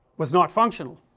was not functional,